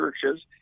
churches